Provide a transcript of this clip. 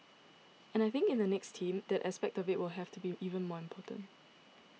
and I think in the next team that aspect of it will have to be even more important